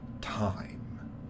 time